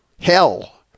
Hell